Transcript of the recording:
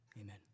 Amen